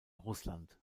russland